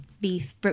beef